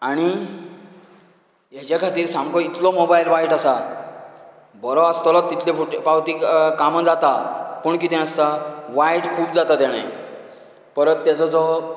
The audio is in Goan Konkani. आनी हेचे खातीर सामको इतलो मोबायल वायट आसा बरो आसतलो तितलो पावतीक कामा जाता पूण कितें आसता वायट खूब जाता तेणे परत तेजो जो